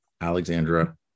Alexandra